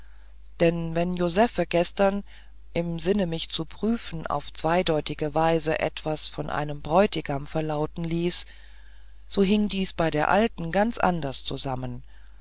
denn wenn josephe gestern im sinne mich zu prüfen auf zweideutige weise etwas von einem bräutigam verlauten ließ so hing dies bei der alten ganz anders zusammen